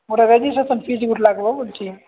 ଗୋଟେ registration fees ଗୋଟେ ଲାଗ୍ବ ବୋଲୁଛି